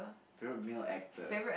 favourite male actor